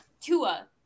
Tua